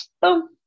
Boom